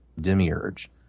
demiurge